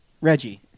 Reggie